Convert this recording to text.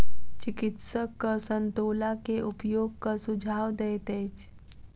चिकित्सक संतोला के उपयोगक सुझाव दैत अछि